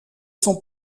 son